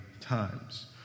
times